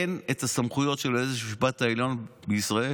אין את הסמכויות של בית המשפט העליון בישראל.